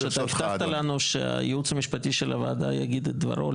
אתה הבטחת לנו שהייעוץ המשפטי של הוועדה יגיד את דברו.